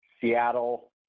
seattle